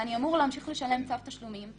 ואני אמור להמשיך לשלם צו תשלומים,